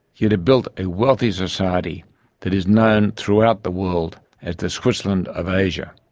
yet it built a wealthy society that is known throughout the world as the switzerland of asia.